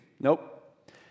Nope